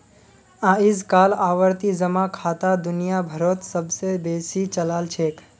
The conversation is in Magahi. अइजकाल आवर्ती जमा खाता दुनिया भरोत सब स बेसी चलाल छेक